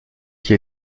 qui